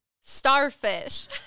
Starfish